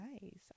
nice